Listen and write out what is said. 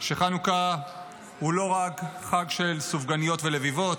שחנוכה הוא לא רק חג של סופגניות ולביבות.